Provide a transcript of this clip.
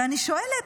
אני שואלת,